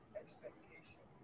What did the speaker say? expectation